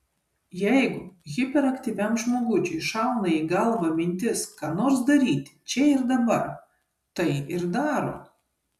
jeigu hiperaktyviam žmogučiui šauna į galvą mintis ką nors daryti čia ir dabar tai ir daro